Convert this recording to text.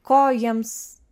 ko jiems